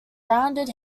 rounded